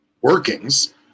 workings